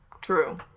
True